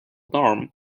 norm